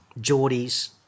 Geordie's